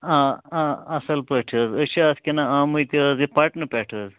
اصٕل پٲٹھۍ حظ أسۍ چھِ اَتھ کیٚنٛہہ نا آمٕتۍ یہِ حظ یہِ پٹنہٕ پٮ۪ٹھ حظ